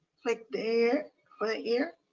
like there for the ears.